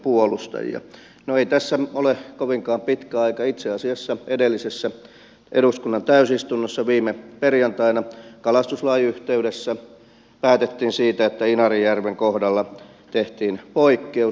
no ei tässä ole kovinkaan pitkä aika itse asiassa edellisessä eduskunnan täysistunnossa viime perjantaina kalastuslain yhteydessä kun päätettiin siitä että inarijärven kohdalla tehdään poikkeus